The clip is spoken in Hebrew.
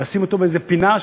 לשים אותו באיזו פינה,